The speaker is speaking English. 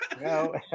no